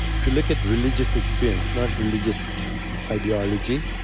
if you look at religious experience, not religious ideology